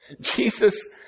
Jesus